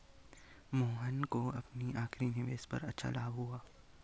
मोहन को अपनी आखिरी निवेश पर अच्छा लाभ हुआ